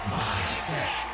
mindset